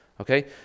Okay